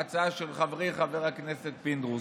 ההצעה של חברי חבר הכנסת פינדרוס,